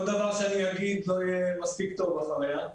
כל דבר שאגיד לא יהיה מספיק טוב אחריה.